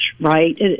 right